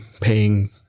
paying